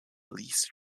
least